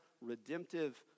redemptive